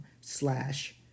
slash